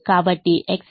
కాబట్టి X v 0 Y u 0